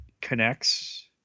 connects